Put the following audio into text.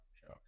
sure